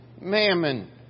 mammon